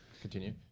Continue